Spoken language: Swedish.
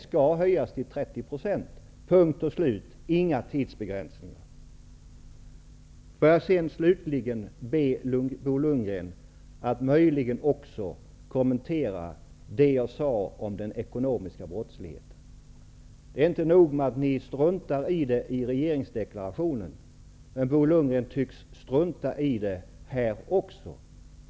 Får jag sedan slutligen be Bo Lundgren att möjligen också kommentera det jag sade om den ekonomiska brottsligheten. Det är inte nog med att ni struntar i det i regeringsdeklarationen. Bo Lundgren tycks strunta i det här också.